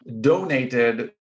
donated